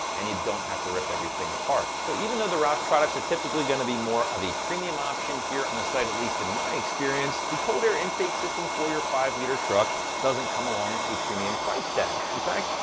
and you don't have to rip everything apart. so, even though the roush products are typically gonna be more of a premium option here on the site, at least in my experience, the cold air intake system for your five-liter truck doesn't come along with a premium price tag. in fact,